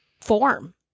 form